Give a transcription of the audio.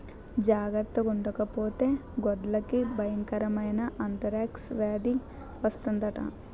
జార్తగుండకపోతే గొడ్లకి బయంకరమైన ఆంతరాక్స్ వేది వస్తందట